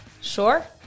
Sure